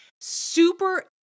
super